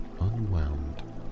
unwound